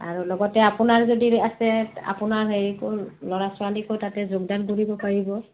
আৰু লগতে আপোনাৰ যদি আছে আপোনাৰ হেৰিকো ল'ৰা ছোৱালীকো তাতে যোগদান কৰিব পাৰিব